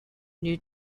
new